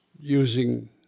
using